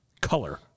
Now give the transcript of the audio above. color